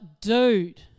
dude